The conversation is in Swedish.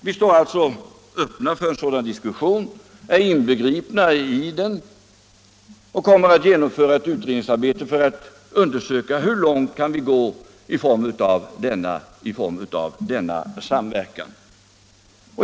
Vi står alltså öppna för en sådan diskussion, är inbegripna i den och kommer att genomföra ett utredningsarbete för att undersöka hur långt vi kan gå i denna samverkan.